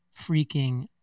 freaking